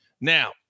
Now